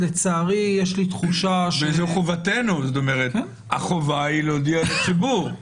וזו חובתנו, זאת אומרת החובה היא להודיע לציבור.